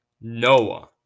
Noah